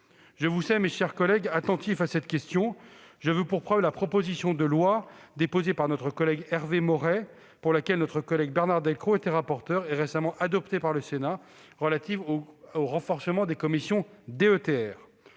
Je vous sais, mes chers collègues, attentifs à cette question. J'en veux pour preuve la proposition de loi, déposée par notre collègue Hervé Maurey, pour laquelle notre collègue Bernard Delcros était rapporteur, et récemment adoptée par le Sénat, relative au renforcement des commissions DETR.